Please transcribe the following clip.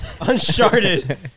Uncharted